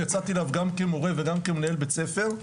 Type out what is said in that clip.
יצאתי אליו גם כמורה וגם כמנהל בית ספר,